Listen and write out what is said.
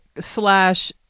slash